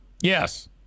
Yes